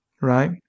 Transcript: Right